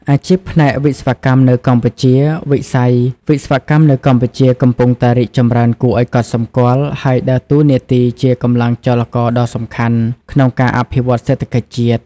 អាជីពផ្នែកវិស្វកម្មនៅកម្ពុជាវិស័យ វិស្វកម្មនៅកម្ពុជា កំពុងតែ រីកចម្រើនគួរឱ្យកត់សម្គាល់ ហើយដើរតួនាទីជា កម្លាំងចលករដ៏សំខាន់ ក្នុងការអភិវឌ្ឍន៍សេដ្ឋកិច្ចជាតិ។